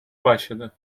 başladı